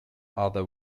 other